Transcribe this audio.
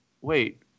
wait